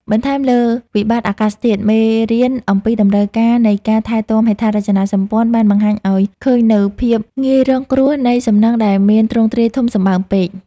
បន្ថែមលើវិបត្តិអាកាសធាតុ មេរៀនអំពីតម្រូវការនៃការថែទាំហេដ្ឋារចនាសម្ព័ន្ធ បានបង្ហាញឱ្យឃើញនូវភាពងាយរងគ្រោះនៃសំណង់ដែលមានទ្រង់ទ្រាយធំសម្បើមពេក។